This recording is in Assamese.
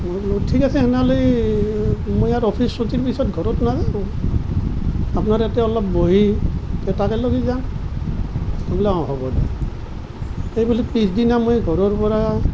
মই বোলো ঠিক আছে তেনেহ'লে মই আৰু অফিচ চুটিৰ পিছত ঘৰত নাহোঁ আপোনাৰ তাতে অলপ বহিম তালৈ যাম বোলে হ'ব দে এইবুলি পিছদিনা মই ঘৰৰ পৰা